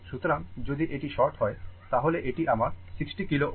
সুতরাং যদি এটি শর্ট হয় তাহলে এটি আমার 60 kilo Ω এবং এটি আমার 6 kilo Ω